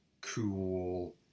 cool